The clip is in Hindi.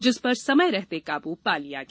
जिसपर समय रहते काबू पा लिया गया